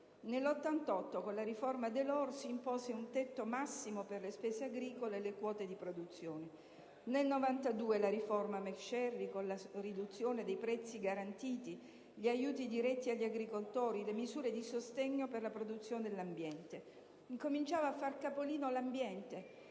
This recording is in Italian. Nel 1988, con la riforma Delors, si impose un tetto massimo per le spese agricole e le quote di produzione. Nel 1992, ci fu la riforma MacSharry, con la riduzione dei prezzi garantiti, gli aiuti diretti agli agricoltori, le misure di sostegno per la produzione e l'ambiente. Incominciava a fare capolino l'ambiente,